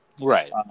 right